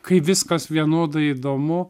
kai viskas vienodai įdomu